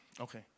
okay